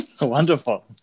Wonderful